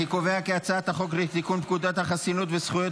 אנחנו נעבור להצבעה על הצעת חוק לתיקון פקודת החסינויות וזכויות